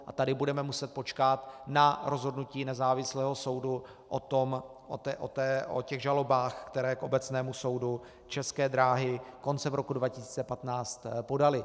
A tady budeme muset počkat na rozhodnutí nezávislého soudu o těch žalobách, které k obecnému soudu České dráhy koncem roku 2015 podaly.